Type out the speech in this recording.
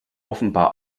offenbar